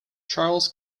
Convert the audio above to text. charles